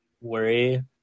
worry